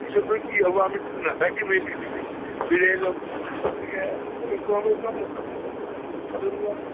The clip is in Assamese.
পিছতো কি হ'ব আমি নাথাকিম এই পৃথিৱীত বিদায় ল'ম গতিকে এনেকৈ ক্ৰমে ক্ৰমে চামে চামে বস্তুবিলাক